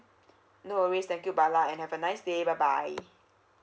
no worries thank you bala and have a nice day bye bye